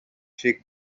she